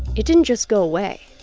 it didn't just go away